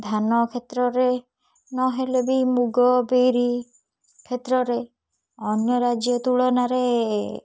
ଧାନ କ୍ଷେତ୍ରରେ ନହେଲେ ବି ମୁଗ ବିରି କ୍ଷେତ୍ରରେ ଅନ୍ୟ ରାଜ୍ୟ ତୁଳନାରେ